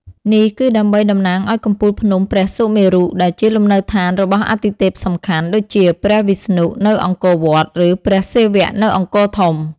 នេះគឺដើម្បីតំណាងឱ្យកំពូលភ្នំព្រះសុមេរុ ដែលជាលំនៅដ្ឋានរបស់អាទិទេពសំខាន់ ដូចជាព្រះវិស្ណុនៅអង្គរវត្ត ឬព្រះសិវៈនៅអង្គរធំ។